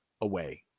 away